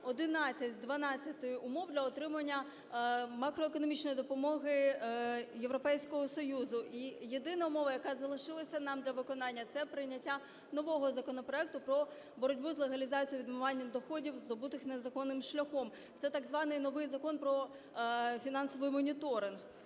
11 з 12 умов для отримання макроекономічної допомоги Європейського Союзу, і єдина умова, яка залишилася нам для виконання, це прийняття нового законопроекту про боротьбу з легалізацією відмивання доходів, здобутих незаконним шляхом. Це так званий новий закон про фінансовий моніторинг.